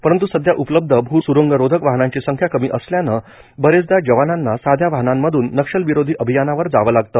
परंतु सध्या उपलब्ध भूसुरुंगरोधक वाहनांची संख्या कमी असल्याने बरेचदा जवानांना साध्या वाहनांमधून नक्षलविरोधी अभियानावर जावे लागते